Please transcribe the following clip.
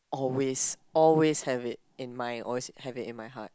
always always have it in my always have it in my heart